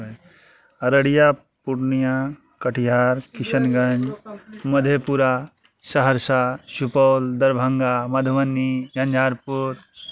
Araria Purnia Katihar Kishanganj Madhepura Saharsa Supaul Darbhanga Madhubani Jhanjharpur